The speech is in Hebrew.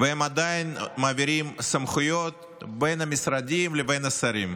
והם עדיין מעבירים סמכויות בין המשרדים לבין השרים.